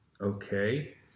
okay